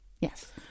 Yes